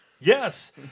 Yes